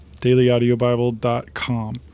dailyaudiobible.com